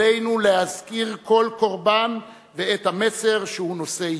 עלינו להזכיר כל קורבן, ואת המסר שהוא נושא אתו".